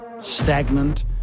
stagnant